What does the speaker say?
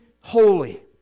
holy